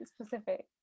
specific